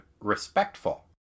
respectful